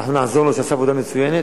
אנחנו נעזור לו שיעשה עבודה מצוינת,